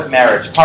marriage